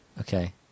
Okay